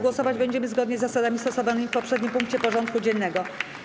Głosować będziemy zgodnie z zasadami stosowanymi w poprzednim punkcie porządku dziennego.